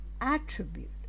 attribute